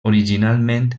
originalment